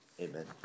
Amen